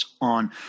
on